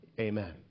amen